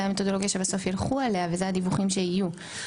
המתודולוגיה שבסוף יילכו עליה ואלה הדיווחים שיהיו.